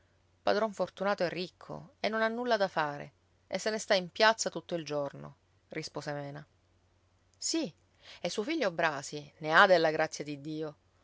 padron fortunato è ricco e non ha nulla da fare e se ne sta in piazza tutto il giorno rispose mena sì e suo figlio brasi ne ha della grazia di dio